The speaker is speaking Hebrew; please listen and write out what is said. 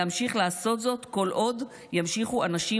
ואמשיך לעשות זאת כל עוד ימשיכו אנשים